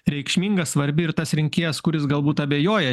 reikšminga svarbi ir tas rinkėjas kuris galbūt abejoja